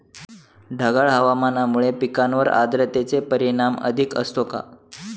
ढगाळ हवामानामुळे पिकांवर आर्द्रतेचे परिणाम अधिक असतो का?